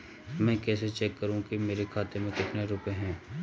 मैं कैसे चेक करूं कि मेरे खाते में कितने रुपए हैं?